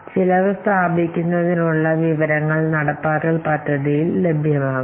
ഇത് നടപ്പാക്കുന്നതിന് ഇവിടെ നടപ്പാക്കൽ പദ്ധതി വിവരങ്ങൾ നൽകും